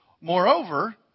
Moreover